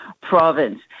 province